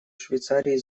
швейцарии